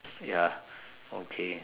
ya okay